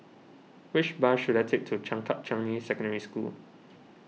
which bus should I take to Changkat Changi Secondary School